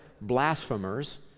blasphemers